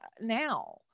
now